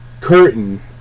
curtain